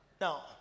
Now